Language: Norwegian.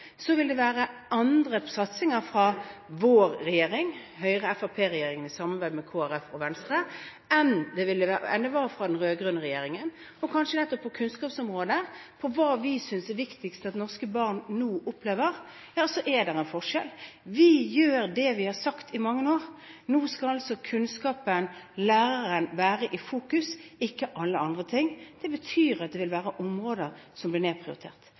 vår regjering, Høyre–Fremskrittsparti-regjeringen i samarbeid med Kristelig Folkeparti og Venstre, enn det var under den rød-grønne regjeringen. Og kanskje nettopp på kunnskapsområdet – hva vi synes er viktigst at norske barn opplever – er det en forskjell. Vi gjør det vi har sagt i mange år. Nå skal altså kunnskapen, læreren, være i fokus, ikke alle andre ting. Det betyr at det vil være områder som blir nedprioritert.